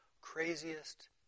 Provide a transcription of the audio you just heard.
craziest